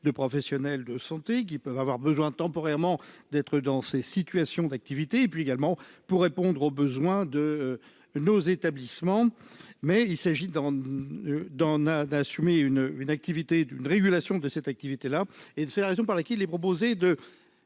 de professionnels de santé qui peuvent avoir besoin temporairement d'être dans ces situations d'activité et puis également pour répondre aux besoins de nos établissements, mais il s'agit d'en d'en ah d'assumer une une activité d'une régulation de cette activité là et c'est la raison pour laquelle les proposer de